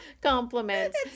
compliments